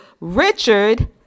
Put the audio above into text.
Richard